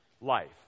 life